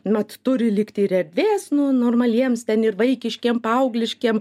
mat turi likti ir erdvės nu normaliems ten ir vaikiškiem paaugliškiem